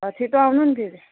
छिट्टो आउनु नि फेरि